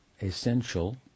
essential